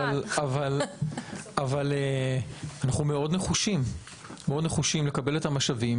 אבל אנחנו נחושים מאוד לקבל את המשאבים